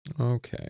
Okay